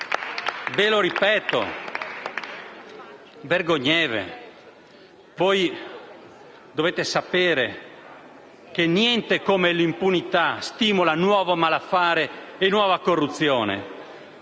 dal Gruppo M5S)*. Voi dovete sapere che niente come l'impunità stimola nuovo malaffare e nuova corruzione.